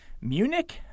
Munich